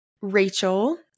Rachel